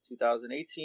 2018